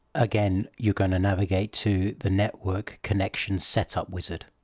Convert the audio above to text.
again, you're going to navigate to the network connection setup wizard